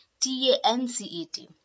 TANCET